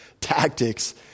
tactics